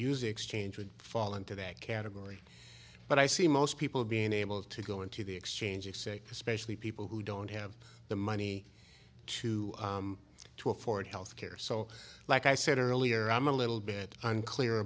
use exchange would fall into that category but i see most people being able to go into the exchange of say especially people who don't have the money to to afford health care so like i said earlier i'm a little bit unclear